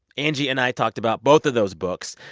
angie and i talked about both of those books,